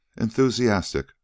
enthusiastic